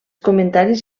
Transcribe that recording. comentaris